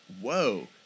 Whoa